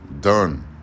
done